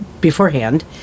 beforehand